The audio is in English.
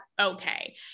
Okay